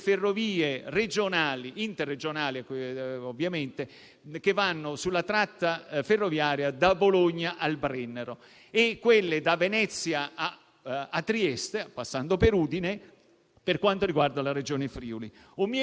in quelle località. Ci sarebbe molto da dire anche sull'Autorità che abbiamo istituito per la laguna di Venezia, rispetto alla quale il segnale positivo di sabato sul funzionamento del Mose,